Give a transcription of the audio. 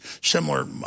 Similar